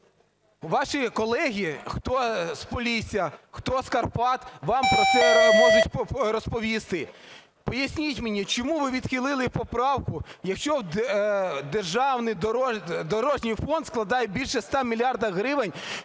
Ваші колеги, хто з Полісся, хто з Карпат, вам про це можуть розповісти. Поясніть мені, чому ви відхилили поправку, якщо державний дорожній фонд складає більше 100 мільярдів гривень,